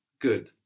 Good